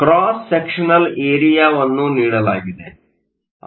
cross sectional ಏರಿಯಾವನ್ನು ನೀಡಲಾಗಿದೆ